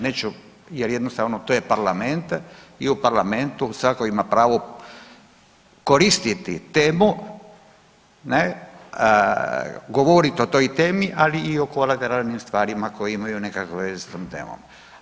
Neću, jer jednostavno to je Parlament i u Parlamentu svatko ima pravo koristiti temu, govoriti o toj temi ali i o kolateralnim stvarima koje imaju veze sa tom temom.